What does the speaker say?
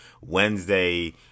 Wednesday